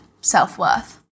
self-worth